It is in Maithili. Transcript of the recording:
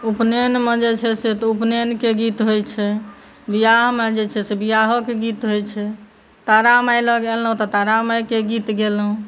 उपनयनमे जे छै से उपनयनक गीत होइ छै ब्याहमे जे छै से ब्याहक गीत होइ छै तारा माय लग एलहुँ तऽ तारा मायक गीत गेलहुँ